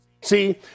See